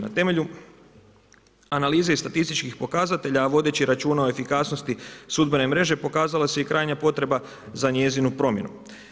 Na temelju analize i statističkih pokazatelja, a vodeći računa o efikasnosti sudbene mreže pokazala se i krajnja potreba za njezinu promjenu.